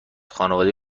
خانواده